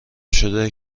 شده